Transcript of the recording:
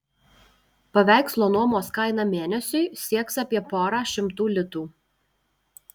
paveikslo nuomos kaina mėnesiui sieks apie porą šimtų litų